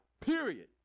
Period